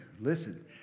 listen